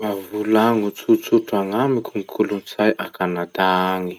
Mba volagno tsotsotra gn'amiko hoe gny kolotsay a Canada agny?